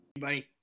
buddy